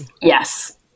Yes